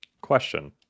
Question